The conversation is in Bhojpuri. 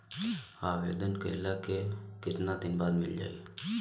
आवेदन कइला के कितना दिन बाद मिल जाई?